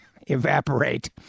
evaporate